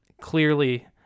clearly